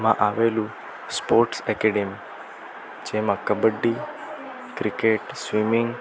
માં આવેલી sports academy જેમાં કબ્બડી ક્રિકેટ સ્વિમિંગ